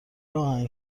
آهنگ